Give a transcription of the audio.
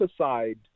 aside